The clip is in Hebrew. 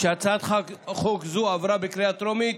כשהצעת חוק זו עברה בקריאה טרומית